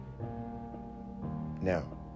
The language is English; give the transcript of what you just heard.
Now